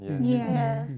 Yes